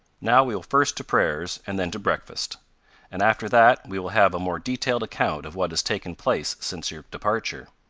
now we will first to prayers, and then to breakfast and after that we will have a more detailed account of what has taken place since your departure.